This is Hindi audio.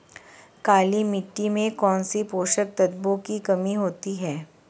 काली मिट्टी में कौनसे पोषक तत्वों की कमी होती है?